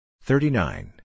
thirty-nine